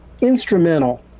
instrumental